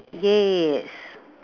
yes